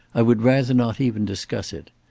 i would rather not even discuss it.